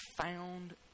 found